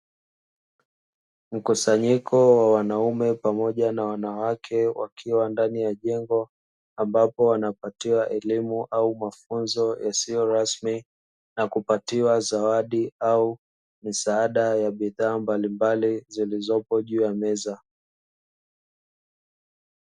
Mkusanyiko wa wanaume pamoja na wanawake wakiwa ndani ya jengo ambapo wanapatiwa au mafunzo yasiyo rasmi na kupatiwa zawadi au misaada ya bidhaa mbalimbali zillzopo juu ya meza.